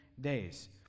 days